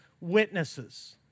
witnesses